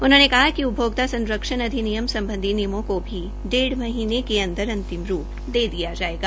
उन्होंने कहा कि उपभोक्ता संरक्षण अधिनियम सम्बधी निममों को भी डेढ़ महीनें के अंदर अंतिम रूप दे दिया जायेगा